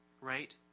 right